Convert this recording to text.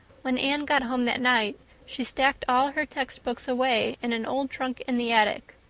when anne got home that night she stacked all her textbooks away in an old trunk in the attic,